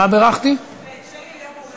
בירכת את שלי ליום ההולדת שלה?